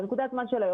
בנקודת הזמן של היום.